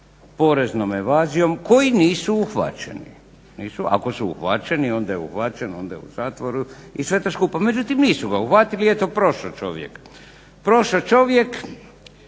poreznom evazijom, koji nisu uhvaćeni. Ako je uhvaćen onda je u zatvoru i sve to skupa, međutim nisu da uhvatili i eto prošao čovjek s tim poslovima